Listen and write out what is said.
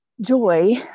joy